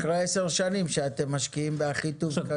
אחרי עשר שנים שאתם משקיעים באחיטוב.